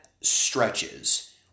stretches